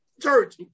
Church